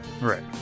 Right